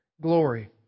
glory